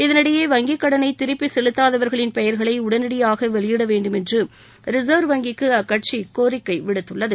இதனிடையே வங்கி கடனை திருப்பி செலுத்தாதவர்களின் பெயர்களை உடனடியாக வெளியிட வேண்டுமென்று ரிசர்வ் வங்கிக்கு அக்கட்சி கோரிக்கை விடுத்ததுள்ளது